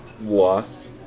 lost